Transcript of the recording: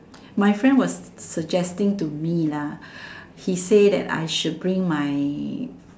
my friend was suggesting to me lah he say that I should bring my